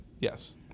Yes